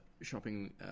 shopping